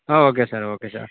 ah okay sir okay sir